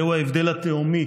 זהו ההבדל התהומי